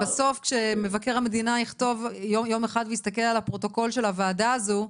בסוף כשמבקר המדינה יכתוב יום אחד ויסתכל על הפרוטוקול של הוועדה הזו,